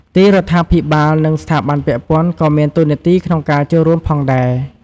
ទីរដ្ឋាភិបាល និងស្ថាប័នពាក់ព័ន្ធក៏មានតួនាទីក្នុងការចូលរួមផងដែរ។